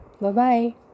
Bye-bye